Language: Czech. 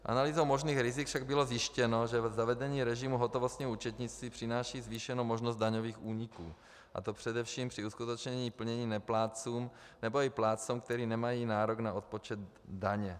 Analýzou možných rizik však bylo zjištěno, že zavedení režimu hotovostního účetnictví přináší zvýšenou možnost daňových úniků, a to především při uskutečnění plnění neplátcům, nebo i plátcům, kteří nemají nárok na odpočet daně.